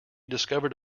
discovered